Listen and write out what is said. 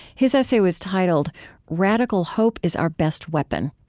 his essay was titled radical hope is our best weapon.